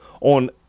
on